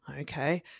Okay